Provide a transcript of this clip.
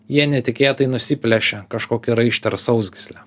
jie netikėtai nusiplėšia kažkokį raištį ar sausgyslę